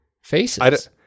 Faces